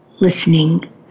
listening